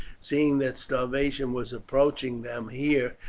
seeing that starvation was approaching them here,